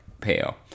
pale